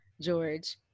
George